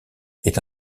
est